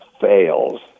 fails